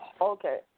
Okay